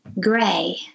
gray